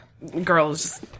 Girls